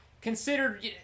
considered